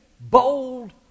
bold